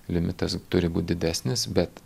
limitas turi būti didesnis bet